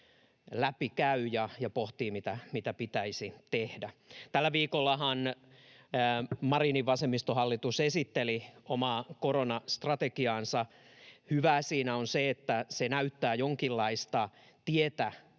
läpikäy ja pohtii, mitä pitäisi tehdä. Tällä viikollahan Marinin vasemmistohallitus esitteli omaa koronastrategiaansa. Hyvää siinä on se, että se näyttää jonkinlaista tietä